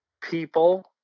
people